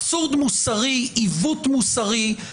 עיוות מוסרי,